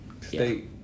state